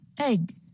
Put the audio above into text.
Egg